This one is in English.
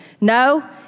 No